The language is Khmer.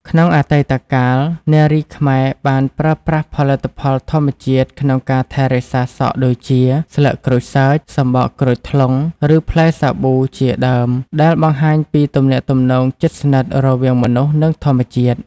ក្នុងអតីតកាល នារីខ្មែរបានប្រើប្រាស់ផលិតផលធម្មជាតិក្នុងការថែរក្សាសក់ដូចជា ស្លឹកក្រូចសើច សំបកក្រូចថ្លុង ឬផ្លែសាប៊ូ ជាដើម ដែលបង្ហាញពីទំនាក់ទំនងជិតស្និទ្ធរវាងមនុស្ស និងធម្មជាតិ។